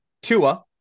Tua